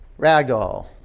Ragdoll